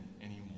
anymore